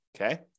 Okay